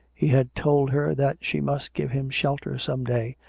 he had told her that she must give him shelter some day,